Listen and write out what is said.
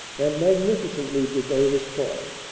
and magnificently did they respond.